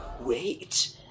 wait